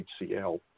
HCL